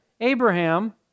Abraham